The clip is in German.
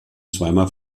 zweimal